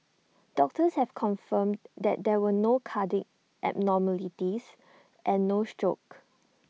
doctors have confirmed that there were no cardiac abnormalities and no stroke